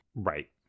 Right